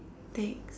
next